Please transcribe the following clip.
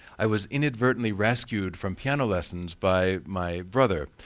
i was inadvertenly rescued from piano lessons by my brother,